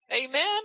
Amen